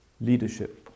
leadership